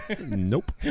Nope